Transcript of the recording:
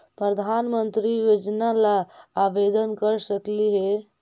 प्रधानमंत्री योजना ला आवेदन कर सकली हे?